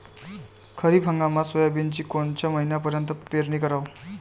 खरीप हंगामात सोयाबीनची कोनच्या महिन्यापर्यंत पेरनी कराव?